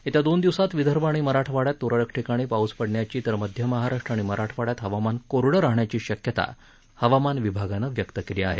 येत्या दोन दिवसात विदर्भ आणि मराठवाडयात तुरळक ठिकाणी पाऊस पडण्याची तर मध्य महाराष्ट्र आणि मराठवाडयात हवामान कोरडं राहण्याची शक्यता हवामान विभागानं व्यक्त केली आहे